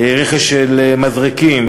רכש של מזרקים,